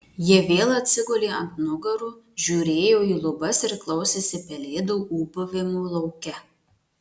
jie vėl atsigulė ant nugarų žiūrėjo į lubas ir klausėsi pelėdų ūbavimo lauke